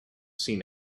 seen